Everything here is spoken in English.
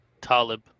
Talib